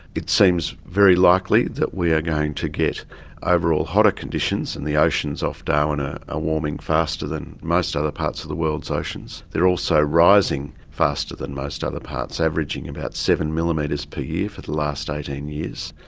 it seems very likely that we are going to get overall hotter conditions, and the oceans off darwin are ah ah warming faster than most other parts of the world's oceans. they're also rising faster than most other parts, averaging about seven millimetres per year for the last eighteen years.